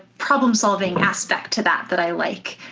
problem-solving aspect to that that i like.